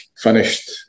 finished